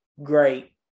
great